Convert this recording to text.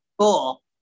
cool